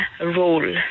role